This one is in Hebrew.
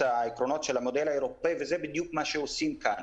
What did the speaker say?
העקרונות של המודל האירופאי וזה בדיוק מה שעושים כאן.